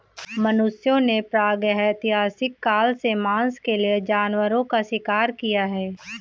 मनुष्यों ने प्रागैतिहासिक काल से मांस के लिए जानवरों का शिकार किया है